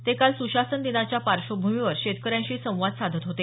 ते काल सुशासन दिनाच्या पार्श्वभूमीवर शेतकऱ्यांशी संवाद साधत होते